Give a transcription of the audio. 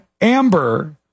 Amber